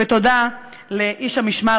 ותודה לאיש המשמר,